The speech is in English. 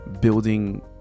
building